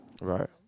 Right